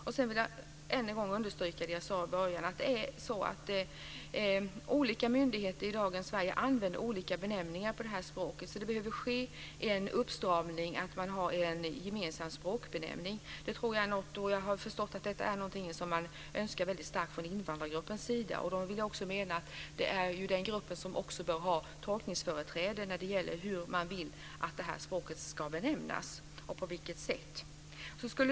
Sedan vill jag än en gång understryka det jag sade i början, att olika myndigheter i dagens Sverige använder olika benämningar på det här språket, så det behöver ske en uppstramning så att man har en gemensam språkbenämning. Jag har förstått att detta är någonting som man önskar väldigt starkt från invandrargruppens sida. Det är den grupp som också bör ha tolkningsföreträde när det gäller hur man vill att det här språket ska benämnas.